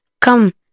Come